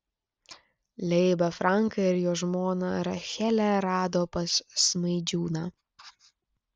leibą franką ir jo žmoną rachelę rado pas smaidžiūną